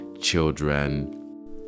children